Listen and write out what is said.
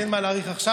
אין מה להאריך עכשיו.